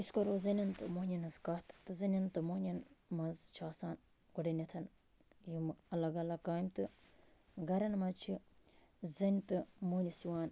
أسۍ کَرَو زَنیٚن تہٕ مہٕنِوین ہٕنٛز کَتھ تہٕ زَنیٚن تہٕ مہٕنِوین منٛز چھِ آسان گۄڈٕنٮ۪تھ یِم الگ الگ کامہٕ تہٕ گَرَن منٛز چھِ زَنٛنہِ تہِ مہٕنِوِس یِوان